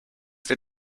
they